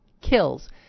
kills